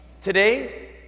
Today